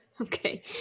okay